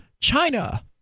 China